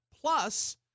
plus